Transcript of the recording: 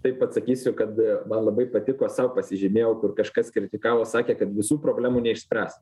taip atsakysiu kad man labai patiko sau pasižymėjau kur kažkas kritikavo sakė kad visų problemų neišspręs